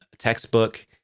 Textbook